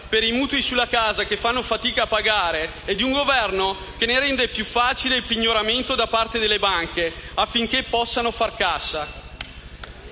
per i mutui sulla casa che fanno fatica a pagare e di un Governo che rende più facile il pignoramento delle abitazioni da parte delle banche affinché possano far cassa.